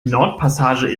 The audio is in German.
nordpassage